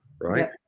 Right